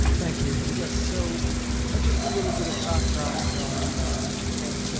thank you. yes. so ah just a little bit of background on what